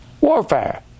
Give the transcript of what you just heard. warfare